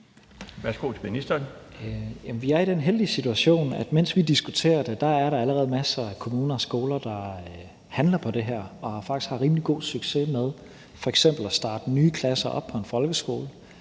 Tesfaye): Jamen vi er i den heldige situation, at mens vi diskuterer det, er der allerede masser af kommuner og skoler, der handler på det her og faktisk har rimelig god succes med f.eks. at starte nye klasser op på en folkeskole.